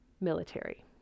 military